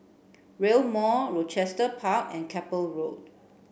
Rail Mall Rochester Park and Keppel Road